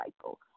cycle